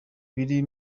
biri